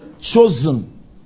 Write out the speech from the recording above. chosen